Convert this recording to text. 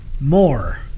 More